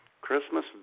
Christmas